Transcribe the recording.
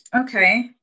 Okay